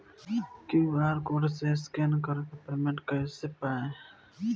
QR code से scan कर के पेमेंट कइसे कर पाएम?